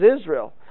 israel